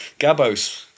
Gabos